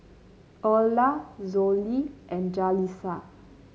Erla Zollie and Jalissa